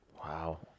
Wow